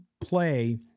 play